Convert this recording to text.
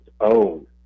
own